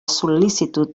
sol·licitud